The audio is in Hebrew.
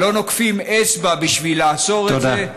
אצבע בשביל לעצור את זה.